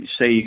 Say